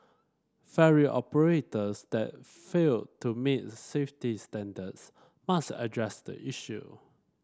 ferry operators that fail to meet safety standards must address the issue